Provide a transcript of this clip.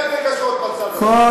אין רגשות בצד השני.